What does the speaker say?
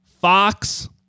Fox